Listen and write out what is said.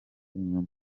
inyuma